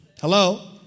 Hello